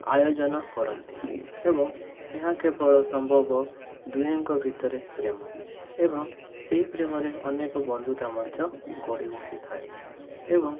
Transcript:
ଆୟୋଜନ କରନ୍ତି ଏବଂ ଏହା କେବଳ ସମ୍ଭବ ଦୁହିଁଙ୍କ ଭିତରେ ପ୍ରେମ ଏବଂ ସେହି ପ୍ରେମରେ ଅନେକ ବନ୍ଧୁତା ମଧ୍ୟ ଗଢ଼ିଉଠିଥାଏ ଏବଂ